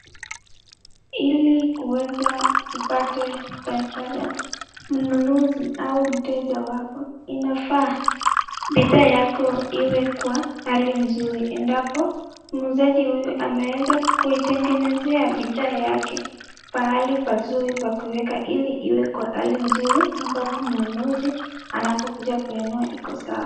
Ili kuweza kupata pesa ya mnunuzi au mteja wako inafaa bidhaa yako iwe kwa hali nzuri. Endapo muuzaji huyu ameweza kuitengenezea bidhaa yake pahali pazuri pa kuiweka ili iwe kwa hali nzuri ambapo mnunuzi anapokuja kuinunua ipo sawa.